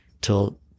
till